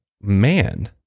man